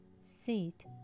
Sit